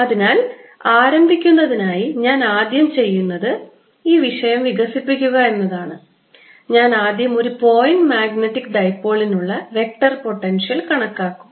അതിനാൽ ആരംഭിക്കുന്നതിനായി ഞാൻ ആദ്യം ചെയ്യുന്നത് വിഷയം വികസിപ്പിക്കുക എന്നതാണ് ഞാൻ ആദ്യം ഒരു പോയിന്റ് മാഗ്നറ്റിക് ഡൈപോളിഉനുള്ള വെക്റ്റർ പൊട്ടൻഷ്യൽ കണക്കാക്കും